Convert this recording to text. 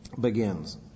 begins